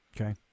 okay